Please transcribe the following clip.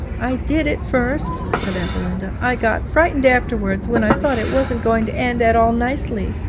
i did at first said ethelinda i got frightened afterwards, when i thought it wasn't going to end at all nicely.